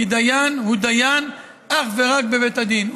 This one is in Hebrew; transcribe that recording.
כי דיין הוא דיין אך ורק בבית הדין,